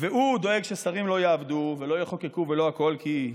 והוא דואג ששרים לא יעבדו ולא יחוקקו ולא הכול כי זה,